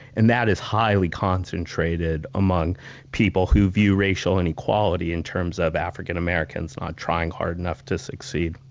and that is highly concentrated among people who view racial inequality in terms of african-americans not trying hard enough to succeed.